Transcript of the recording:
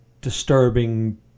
disturbing